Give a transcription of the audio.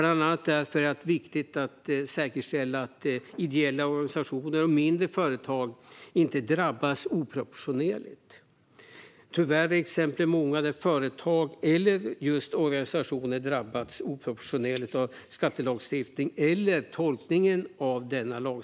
Bland annat därför är det viktigt att säkerställa att ideella organisationer och mindre företag inte drabbas oproportionerligt. Tyvärr är exemplen många på företag eller organisationer som har drabbats oproportionerligt av skattelagstiftningen eller tolkningen av denna.